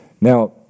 Now